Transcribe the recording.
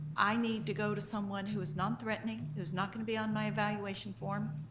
i need to go to someone who is non-threatening, who's not gonna be on my evaluation form,